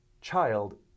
child